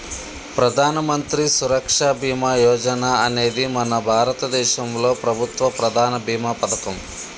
ప్రధానమంత్రి సురక్ష బీమా యోజన అనేది మన భారతదేశంలో ప్రభుత్వ ప్రధాన భీమా పథకం